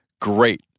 great